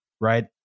right